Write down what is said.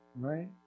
Right